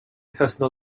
personal